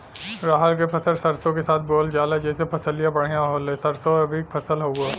रहर क फसल सरसो के साथे बुवल जाले जैसे फसलिया बढ़िया होले सरसो रबीक फसल हवौ